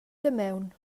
damaun